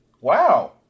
wow